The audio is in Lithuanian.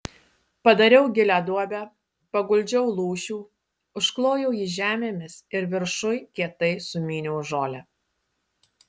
padariau gilią duobę paguldžiau lūšių užklojau jį žemėmis ir viršuj kietai sumyniau žolę